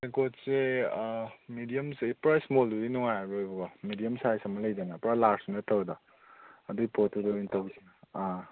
ꯇꯦꯡꯀꯦꯠꯁꯦ medium ꯄꯨꯔꯥ ꯏꯁꯃꯣꯜꯗꯨꯗꯤ ꯅꯨꯡꯉꯥꯏꯔꯔꯣꯏꯌꯦꯕꯀꯣ ꯃꯦꯗꯤꯌꯝ ꯁꯥꯏꯁ ꯑꯃ ꯂꯩꯗꯅ ꯄꯨꯔꯥ ꯂꯥꯔꯁ ꯅꯠꯇꯕꯗꯣ ꯑꯗꯨꯒꯤ ꯄꯣꯠꯇꯨꯗ ꯑꯣꯏꯅ ꯇꯧꯁꯤ ꯑꯥ